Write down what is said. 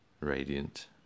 radiant